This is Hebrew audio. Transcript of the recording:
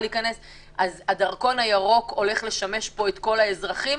אז הדרכון הירוק הולך לשמש פה את כל האזרחים.